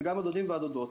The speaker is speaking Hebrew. וגם הדודים והדודות.